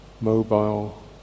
mobile